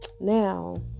now